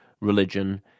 religion